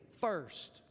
first